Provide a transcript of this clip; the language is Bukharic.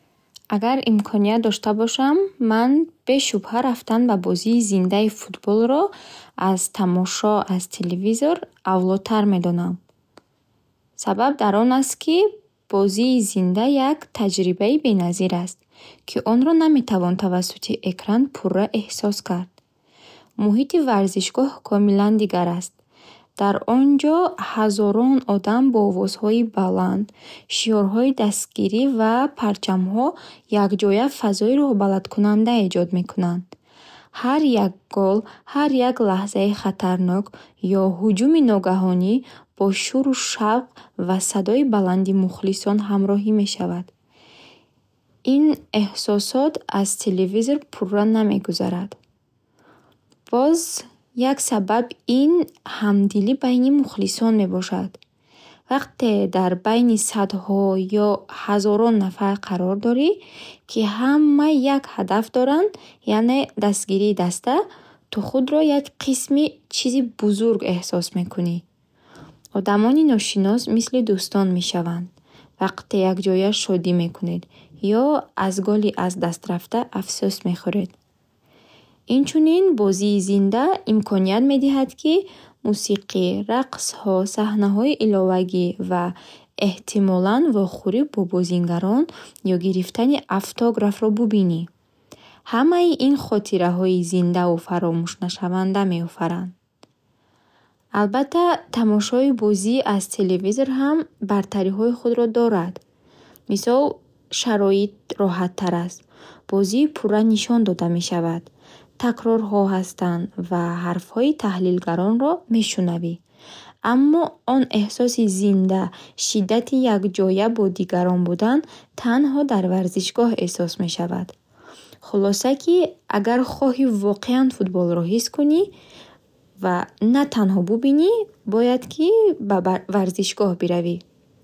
Агар имконият дошта бошам, ман бешубҳа рафтан ба бозии зиндаи футболро аз тамошо аз телевизор авлотар медонам. Сабаб дар он аст, ки бозии зинда як таҷрибаи беназир аст, ки онро наметавон тавассути экран пурра эҳсос кард. Муҳити варзишгоҳ комилан дигар аст, дар онҷо ҳазорон одам бо овозҳои баланд, шиорҳои дастгирӣ ва парчамҳо якҷоя фазои рӯҳбаландкунанда эҷод мекунанд. Ҳар як гол, ҳар як лаҳзаи хатарнок ё ҳуҷуми ногаҳонӣ бо шӯру шавқ ва садои баланди мухлисон ҳамроҳӣ мешавад. Ин эҳсосот аз телевизор пурра намегузарад. Боз як сабаб ин ҳамдили байни мухлисон мебошад. Вақте дар байни садҳо ё ҳазорон нафар қарор дорӣ, ки ҳама як ҳадаф доранд яъне дастгирии даста, ту худро як қисми чизи бузург эҳсос мекунӣ. Одамони ношинос мисли дӯстон мешаванд, вақте якҷоя шодӣ мекунед ё аз голи аздастрафта афсӯс мехӯред. Инчунин, бозии зинда имконият медиҳад, ки мусиқӣ, рақсҳо, саҳнаҳои иловагӣ ва эҳтимолан вохӯрӣ бо бозингарон ё гирифтани автографро бубинӣ. Ҳамаи ин хотираҳои зиндаву фаромӯшнашаванда меофаранд. Албатта, тамошои бозӣ аз телевизор ҳам бартариҳои худро дорад. Мисол шароит роҳаттар аст, бозии пурра нишон дода мешавад, такрорҳо ҳастанд ва ҳарфҳои таҳлилгаронро мешунавӣ. Аммо он эҳсоси зинда, шиддати якҷоя бо дигарон будан танҳо дар варзишгоҳ эҳсос мешавад. Хулоса, ки агар хоҳӣ воқеан футболро ҳис кунӣ, ва на танҳо бубинӣ, бояд, ки ба ба- ба варзишгоҳ биравӣ.